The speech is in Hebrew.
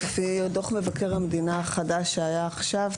לפי דוח מבקר המדינה החדש שיצא עכשיו,